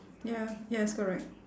ya yes correct